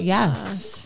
Yes